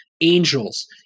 angels